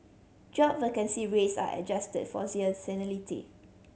job vacancy rates are adjusted for seasonality